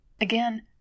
Again